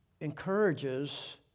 encourages